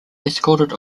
escorted